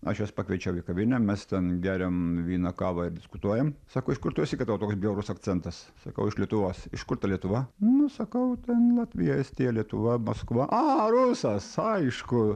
aš jas pakviečiau į kavinę mes ten geriam vyną kavą ir diskutuojam sako iš kur tu esi kad tavo toks bjaurus akcentas sakau iš lietuvos iš kur ta lietuva nu sakau ten latvija estija lietuva maskva a rusas aišku